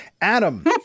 Adam